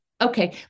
Okay